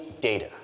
data